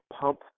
pump